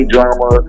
Drama